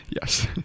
Yes